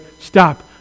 stop